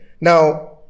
Now